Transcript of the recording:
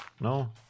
no